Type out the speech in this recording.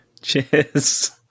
Cheers